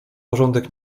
porządek